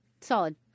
Solid